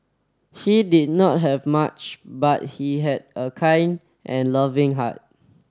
he did not have much but he had a kind and loving heart